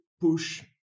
push